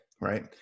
right